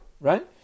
right